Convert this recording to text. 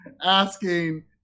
asking